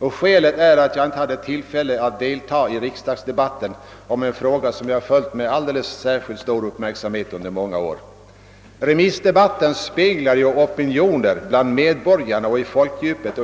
Skälet härtill är att jag inte hade tillfälle att delta i riksdagsdebatten om en fråga som jag under många år följt med särskilt stor uppmärksamhet. Remissdebatten speglar ju opinioner bland medborgarna och i folkdjupet.